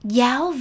Giáo